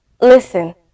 Listen